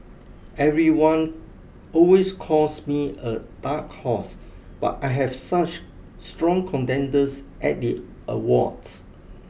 everyone always calls me a dark horse but I have such strong contenders at the awards